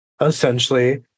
Essentially